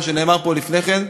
כמו שנאמר פה לפני כן,